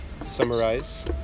summarize